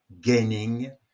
gaining